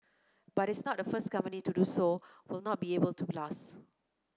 but it is not the first company to do so will not be able to last